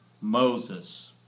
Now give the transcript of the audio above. Moses